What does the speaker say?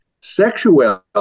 sexuality